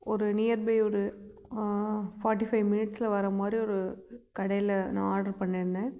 ஒரு nearby ஒரு forty five மினிட்ஸில் வர மாதிரி ஒரு கடையில் நான் ஆர்டர் பண்ணியிருந்தேன்